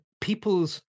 people's